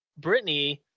Britney